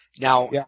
Now